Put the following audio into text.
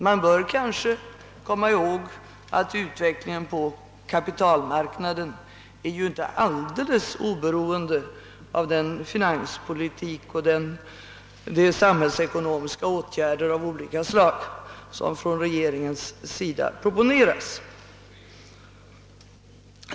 Man bör kanske komma ihåg att utvecklingen på kapitalmarknaden ju inte är alldeles oberoende av den finanspolitik och de samhällsekonomiska åtgärder av olika slag som från regeringens sida proponeras.